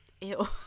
Ew